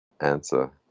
Answer